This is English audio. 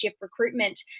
recruitment